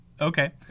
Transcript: Okay